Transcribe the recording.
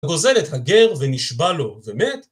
הגוזל את הגר ונשבע לו ומת.